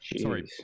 Sorry